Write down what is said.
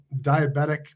diabetic